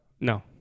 No